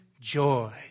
joy